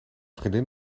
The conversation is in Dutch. vriendin